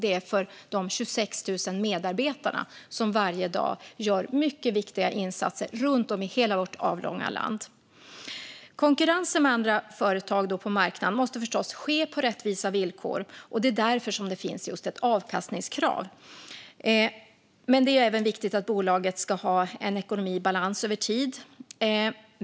Det är för de 26 000 medarbetarna som varje dag gör mycket viktiga insatser runt om i hela vårt avlånga land. Konkurrensen med andra företag på marknaden måste förstås ske på rättvisa villkor, och det är därför det finns ett avkastningskrav. Det är även viktigt att bolaget har en ekonomi i balans över tid.